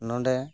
ᱱᱚᱰᱮ